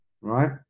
right